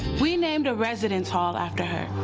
we named a residence hall after her.